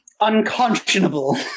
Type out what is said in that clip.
Unconscionable